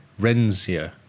Rensia